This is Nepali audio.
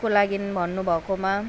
को लागि भन्नुभएकोमा